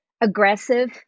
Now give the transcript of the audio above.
aggressive